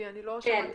כי לא שמעתי ש- -- כן.